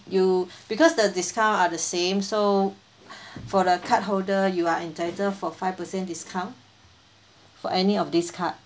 you because the discount are the same so for the card holder you are entitled for five percent discount for any of these card